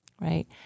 right